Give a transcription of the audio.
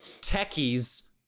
techies